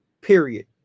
period